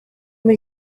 muri